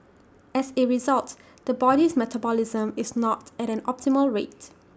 as A result the body's metabolism is not at an optimal rate